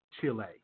Chile